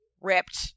Ripped